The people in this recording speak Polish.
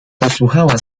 posłuchała